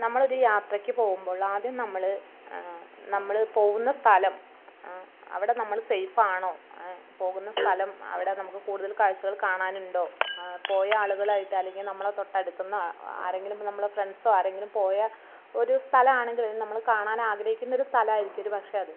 നമ്മളൊരു യാത്രയ്ക്ക് പോകുമ്പോൾ ആദ്യം നമ്മൾ നമ്മൾ പോവുന്ന സ്ഥലം അവിടെ നമ്മൾ സേഫാണോ പോകുന്ന സ്ഥലം അവിടെ നമുക്ക് കൂടുതൽ കാഴ്ചകൾ കാണാനുണ്ടോ പോയ ആളുകളുമായിട്ട് അല്ലെങ്കിൽ നമ്മളെ തൊട്ടടുത്തു നിന്ന് ആരെങ്കിലും ഇപ്പം നമ്മളെ ഫ്രണ്ട്സോ ആരെങ്കിലും പോയ ഒരു സ്ഥലമാണെങ്കിൽ നമ്മൾ കാണാൻ ആഗ്രഹിക്കുന്നൊരു സ്ഥലമായിരിക്കും ഒരു പക്ഷേ അത്